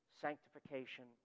sanctification